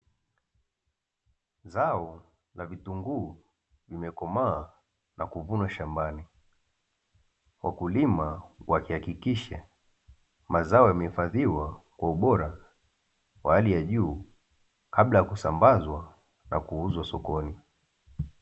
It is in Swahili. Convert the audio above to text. Zao la vitunguu vimekomaa na kuvunwa shambani, wakulima wakihakikisha mazao yamehifadhiwa kwa ubora wa hali ya juu kabla ya kusambazwa na kuuzwa sokoni.